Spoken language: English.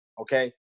Okay